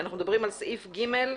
אנחנו מדברים על סעיף (ג)